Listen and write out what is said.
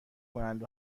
کنند